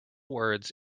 words